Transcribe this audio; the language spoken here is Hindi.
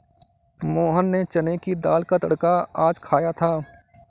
मोहन ने चने की दाल का तड़का आज खाया था